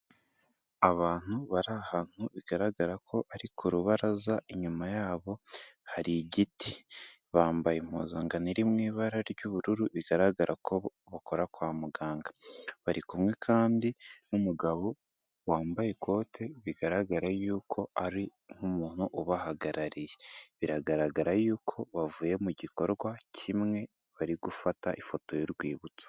Abantu bari ahantu bigaragara ko ari ku rubaraza, inyuma yabo hari igiti. Bambaye impuzangano iri mu ibara ry'ubururu bigaragara ko bakora kwa muganga. Bari kumwe kandi n'umugabo wambaye ikote bigaragara yuko ari nk'umuntu ubahagarariye. Biragaragara yuko bavuye mu gikorwa kimwe bari gufata ifoto y'urwibutso.